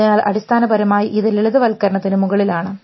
അതിനാൽ അടിസ്ഥാനപരമായി ഇത് ലളിതവൽക്കരണത്തിന് മുകളിലാണ്